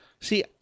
See